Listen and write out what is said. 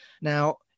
Now